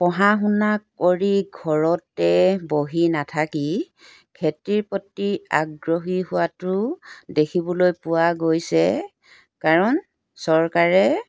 পঢ়া শুনা কৰি ঘৰতে বহি নাথাকি খেতিৰ প্ৰতি আগ্ৰহী হোৱাটো দেখিবলৈ পোৱা গৈছে কাৰণ চৰকাৰে